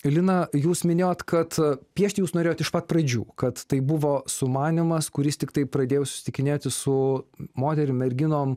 lina jūs minėjot kad piešti jūs norėjot iš pat pradžių kad tai buvo sumanymas kuris tiktai pradėjus susitikinėti su moterim merginom